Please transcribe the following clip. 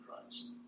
Christ